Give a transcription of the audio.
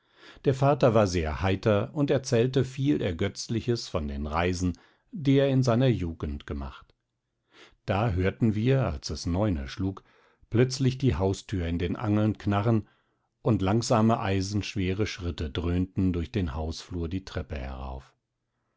der vater war sehr heiter und erzählte viel ergötzliches von den reisen die er in seiner jugend gemacht da hörten wir als es neune schlug plötzlich die haustür in den angeln knarren und langsame eisenschwere schritte dröhnten durch den hausflur die treppe herauf